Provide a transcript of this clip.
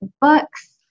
books